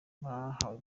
bahawe